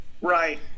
right